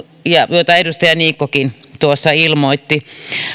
joita edustaja niikkokin tuossa ilmoitti